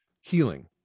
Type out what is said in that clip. healing